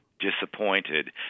disappointed